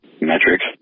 metrics